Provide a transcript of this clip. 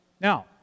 Now